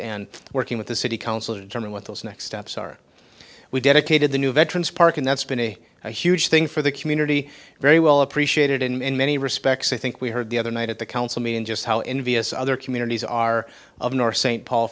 and working with the city council determine what those next steps are we dedicated the new veterans park and that's been a huge thing for the community very well appreciated in many respects i think we heard the other night at the council meeting just how envious other communities are of north st paul